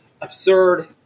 absurd